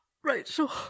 Rachel